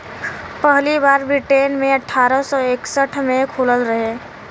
पहली बार ब्रिटेन मे अठारह सौ इकसठ मे खुलल रहे